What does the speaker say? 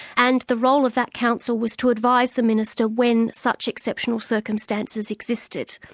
and the role of that council was to advise the minister when such exceptional circumstances existed.